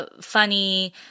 funny